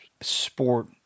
sport